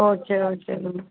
okay okay ma'am